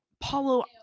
Paulo